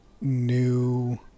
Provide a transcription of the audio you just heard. new